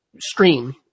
stream